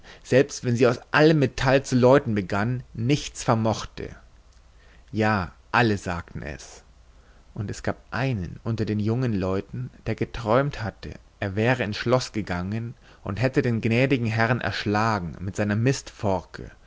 selbst wenn sie aus allem metall zu läuten begann nichts vermochte ja alle sagten es und es gab einen unter den jungen leuten der geträumt hatte er wäre ins schloß gegangen und hätte den gnädigen herrn erschlagen mit seiner